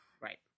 right